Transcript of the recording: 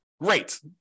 great